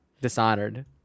Dishonored